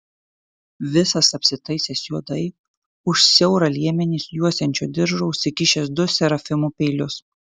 visas apsitaisęs juodai už siaurą liemenį juosiančio diržo užsikišęs du serafimų peilius